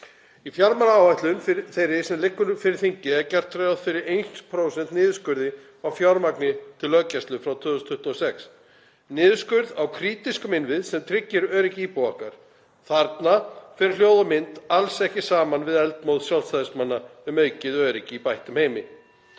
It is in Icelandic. Í fjármálaáætlun þeirri sem liggur fyrir þinginu er gert ráð fyrir 1% niðurskurði á fjármagni til löggæslu frá 2026, niðurskurði á krítískum innviðum sem tryggja öryggi íbúa okkar. Þarna fer hljóð og mynd alls ekki saman við eldmóð Sjálfstæðismanna um aukið öryggi í bættum heimi.